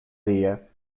día